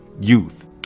Youth